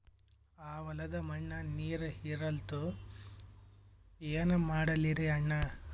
ಆ ಹೊಲದ ಮಣ್ಣ ನೀರ್ ಹೀರಲ್ತು, ಏನ ಮಾಡಲಿರಿ ಅಣ್ಣಾ?